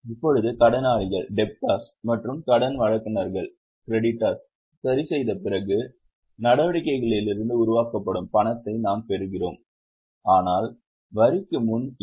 இப்போது கடனாளிகள் மற்றும் கடன் வழங்குநர்களை சரிசெய்த பிறகு நடவடிக்கைகளில் இருந்து உருவாக்கப்படும் பணத்தை நாம் பெறுகிறோம் ஆனால் வரிக்கு முன் இவை